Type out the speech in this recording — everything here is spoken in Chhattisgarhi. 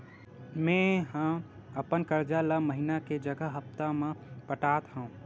मेंहा अपन कर्जा ला महीना के जगह हप्ता मा पटात हव